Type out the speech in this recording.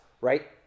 right